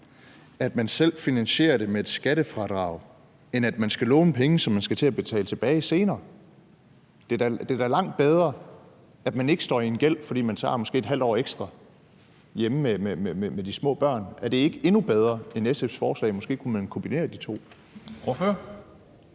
at man selv finansierer det med et skattefradrag, end at man skal låne penge, som man skal til at betale tilbage senere? Det er da langt bedre, at man ikke står med en gæld, fordi man måske tager et halvt år ekstra hjemme med de små børn. Er det ikke endnu bedre end SF's forslag? Måske kunne man kombinere de to. Kl.